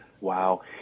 Wow